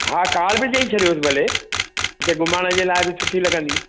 हा कार बि चए छॾियोसि भले हुते घुमण जे लाइ सुठी लॻंदी